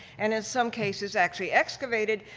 and in some cases actually excavated,